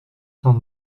cent